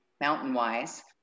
mountain-wise